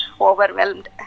overwhelmed